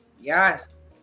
Yes